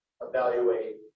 evaluate